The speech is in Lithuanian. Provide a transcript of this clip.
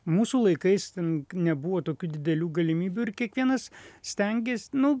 mūsų laikais ten nebuvo tokių didelių galimybių ir kiekvienas stengės nu